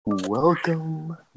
Welcome